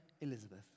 Elizabeth